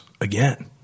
again